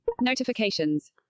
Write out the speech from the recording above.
notifications